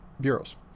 bureaus